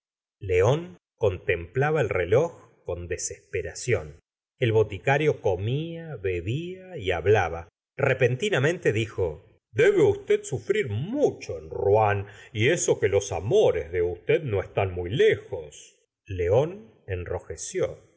león contemplaba el reloj con desesperación el boticario corola bebía y hablaba repentinamente dijo debe usted sufrir mucho en rouen y eso que los amores de usted no están muy lejos león enrojeció